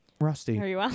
rusty